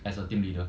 as a team leader